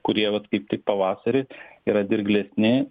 kurie vat kaip tik pavasarį yra dirglesni